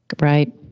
Right